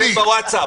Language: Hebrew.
שלחו לו בווטסאפ.